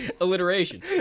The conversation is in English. Alliteration